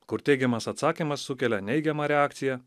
kur teigiamas atsakymas sukelia neigiamą reakciją